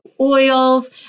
oils